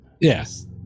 Yes